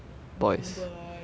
young boys